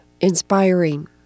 inspiring